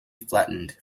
flattened